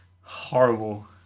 horrible